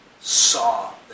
saw